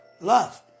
Love